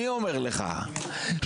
אני אומר לך שמראש,